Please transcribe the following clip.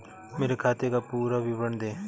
मेरे खाते का पुरा विवरण दे?